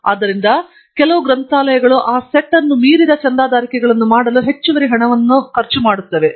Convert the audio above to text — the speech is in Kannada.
ಆದ್ದರಿಂದ ಕೆಲವು ಗ್ರಂಥಾಲಯಗಳು ಆ ಸೆಟ್ನ ಮೀರಿದ ಚಂದಾದಾರಿಕೆಗಳನ್ನು ಮಾಡಲು ಹೆಚ್ಚುವರಿ ಹಣವನ್ನು ಖರ್ಚು ಮಾಡುತ್ತವೆ